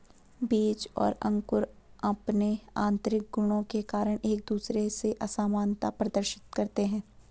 बीज और अंकुर अंपने आतंरिक गुणों के कारण एक दूसरे से असामनता प्रदर्शित करते हैं